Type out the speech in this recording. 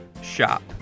shop